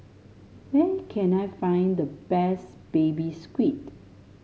where can I find the best Baby Squid